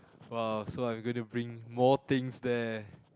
!wow! so I am going to bring more things there